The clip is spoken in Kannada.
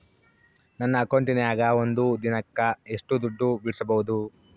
ನನ್ನ ಅಕೌಂಟಿನ್ಯಾಗ ಒಂದು ದಿನಕ್ಕ ಎಷ್ಟು ದುಡ್ಡು ಬಿಡಿಸಬಹುದು?